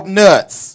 nuts